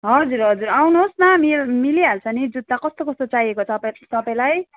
हजुर हजुर आउनुहोस् न मिल् मिलिहाल्छ नि जुत्ता कस्तो कस्तो चाहिएको तपाँई तपाईँलाई